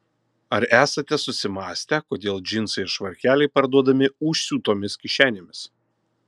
ar esate susimąstę kodėl džinsai ir švarkeliai parduodami užsiūtomis kišenėmis